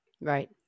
Right